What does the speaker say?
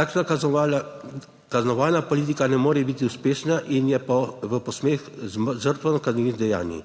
Takšna kaznovalna politika ne more biti uspešna in je v posmeh žrtvam kaznivih dejanj.